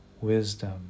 wisdom